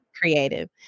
creative